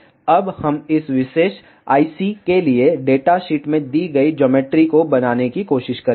अब हम इस विशेष I C के लिए डेटा शीट में दी गई ज्योमेट्री को बनाने की कोशिश करेंगे